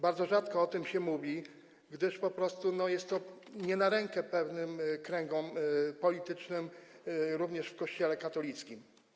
Bardzo rzadko o tym się mówi, gdyż jest to nie na rękę pewnym kręgom politycznym, również w Kościele katolickim.